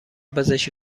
پزشک